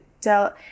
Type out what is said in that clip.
tell